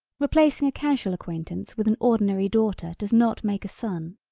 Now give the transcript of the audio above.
replacing a casual acquaintance with an ordinary daughter does not make a son.